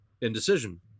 Indecision